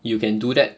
you can do that